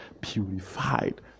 purified